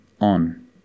on